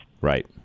Right